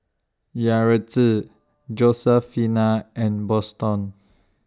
Yaretzi Josefina and Boston